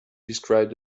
described